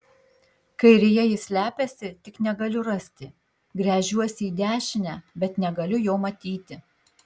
kairėje jis slepiasi tik negaliu rasti gręžiuosi į dešinę bet negaliu jo matyti